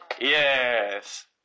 Yes